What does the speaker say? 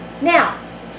now